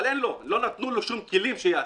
אבל לא נתנו לו שום כלים כדי לעשות.